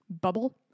bubble